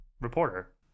Reporter